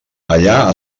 allà